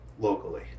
locally